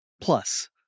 Plus